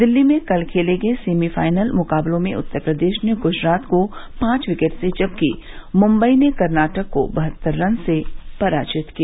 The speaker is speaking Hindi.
दिल्ली में कल खेले गए सेमिफाइनल मुकाबलों में उत्तर प्रदेश ने गुजरात को पांच विकेट से जबकि मुम्बई ने कर्नाटक को बहत्तर रन से पराजित किया